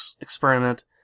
experiment